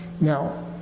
Now